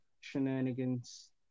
shenanigans